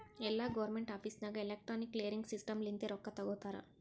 ಎಲ್ಲಾ government office ನಾಗ್ electronic clearing system ಲಿಂತೆ ರೊಕ್ಕಾ ತೊಗೋತಾರ